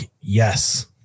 yes